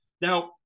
Now